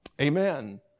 Amen